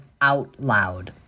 OUTLOUD